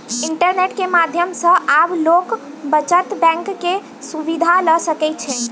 internet के माध्यम सॅ आब लोक बचत बैंक के सुविधा ल सकै छै